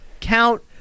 count